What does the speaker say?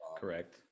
Correct